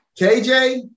KJ